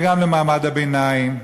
וגם למעמד הביניים,